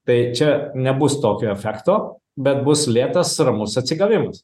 tai čia nebus tokio efekto bet bus lėtas ramus atsigavimas